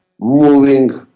moving